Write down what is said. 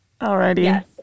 Alrighty